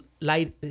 light